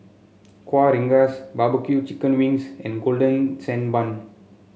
Kueh Rengas barbecue Chicken Wings and Golden Sand Bun